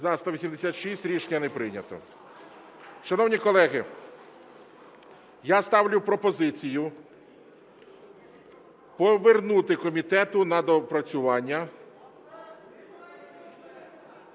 За-186 Рішення не прийнято. Шановні колеги, я ставлю пропозицію повернути комітету на доопрацювання